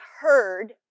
heard